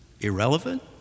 irrelevant